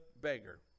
beggar